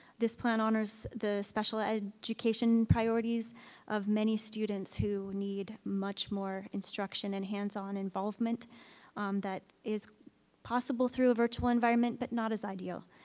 this plan honors the special ed education priorities of many students who need much more instruction and hands on involvement that is possible through a virtual environment, but not as ideal.